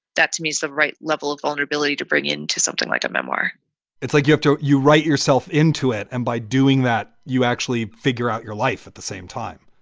that to me, the right level of vulnerability to bring it to something like a memoir it's like you have to you write yourself into it. and by doing that, you actually figure out your life at the same time.